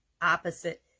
opposite